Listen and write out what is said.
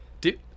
Dude